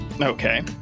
Okay